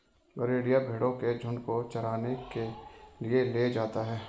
गरेड़िया भेंड़ों के झुण्ड को चराने के लिए ले जाता है